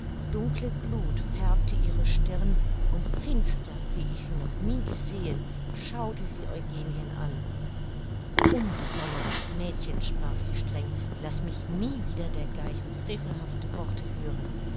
dunkle gluth färbte ihre stirn und finster wie ich sie noch nie gesehen schaute sie eugenien an unbesonnenes mädchen sprach sie streng laß mich nie wieder dergleichen frevelhafte worte hören